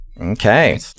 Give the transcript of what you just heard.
Okay